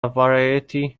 variety